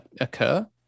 occur